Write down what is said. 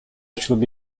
actually